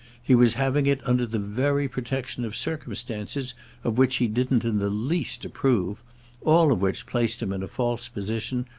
he was having it under the very protection of circumstances of which he didn't in the least approve all of which placed him in a false position,